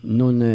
non